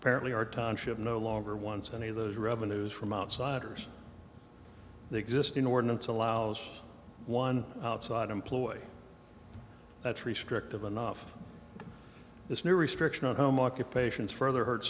apparently our township no longer wants any of those revenues from outsiders the existing ordinance allows one outside employee that's restrictive enough this new restriction on home occupations further hurt